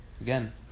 again